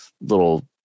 little